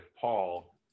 Paul